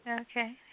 Okay